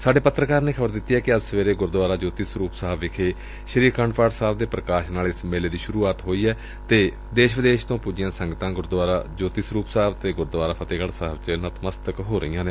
ਸਾਡੇ ਪੱਤਰਕਾਰ ਨੇ ਖ਼ਬਰ ਦਿੱਤੀ ਏ ਕਿ ਅੱਜ ਸਵੇਰੇ ਗੁਰਦੁਆਰਾ ਜੋਤੀ ਸਰੁਪ ਵਿਖੇ ਸ੍ਰੀ ਆਖੰਡ ਪਾਠ ਸਾਹਿਬ ਦੇ ਪੂਕਾਸ਼ ਨਾਲ ਇਸ ਮੇਲੇ ਦੀ ਸ੍ਹਰੁਆਤ ਹੋ ਗਈ ਏ ਅਤੇ ਦੇਸ਼ ਵਿਦੇਸ਼ ਤੋ ਪੁੱਜੀਆਂ ਸੰਗਤਾ ਗੁਰਦੁਆਰਾ ਜੋਤੀ ਸਰੁਪ ਸਾਹਿਬ ਅਤੇ ਗੁਰਦੁਆਰਾ ਫਤਹਿਗੜੁ ਸਾਹਿਬ ਚ ਨਤਮਸਤਕ ਹੋ ਰਹੀਆਂ ਨੇ